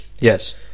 Yes